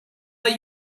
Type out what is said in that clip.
let